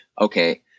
okay